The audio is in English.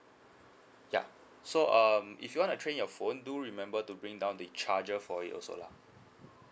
yeah so um if you want to trade in your phone do remember to bring down the charger for it also lah